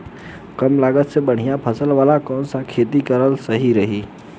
कमलागत मे बढ़िया फसल वाला कौन सा खेती करल सही रही?